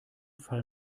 fall